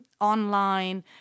online